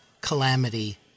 calamity